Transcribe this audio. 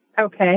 Okay